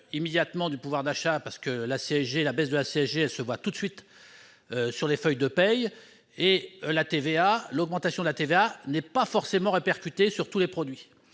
immédiatement du pouvoir d'achat, parce que la baisse de la CSG se voit tout de suite sur les feuilles de paie, et l'augmentation de la TVA n'est pas forcément répercutée sur tous les produits.